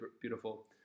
beautiful